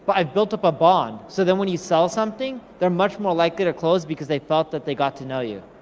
but i've built up a bond, so then when you sell something, they're much more likely to close, because they felt that they got to know you.